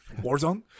Warzone